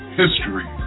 history